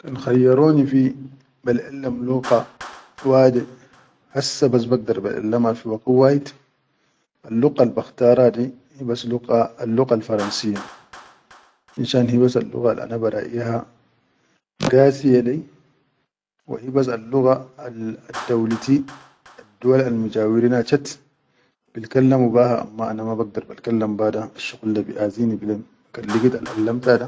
Kan khayyaroni fi baʼellim lugga wade, hassa bas bagdar ba baʼellima fi waqit wahid,, al luqqal bakhtara di hibas al luqqal fransiya finshan hibas al luggal al ana baraʼiha gasiye lai wa hibas al lugga al addauluti aduwal al mijawirina chat bil kallamo be ha amma ana ma bagdar bal kallam shuqul da bi azini bilen kan ligit alʼallam ta da.